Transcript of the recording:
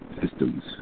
Systems